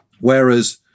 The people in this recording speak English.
whereas